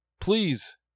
please